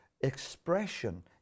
expression